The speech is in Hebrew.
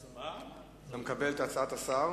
אתה מקבל את הצעת השר